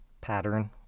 pattern